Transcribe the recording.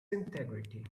integrity